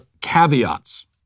caveats